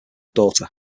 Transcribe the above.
daughter